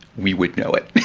we would know it.